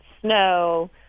snow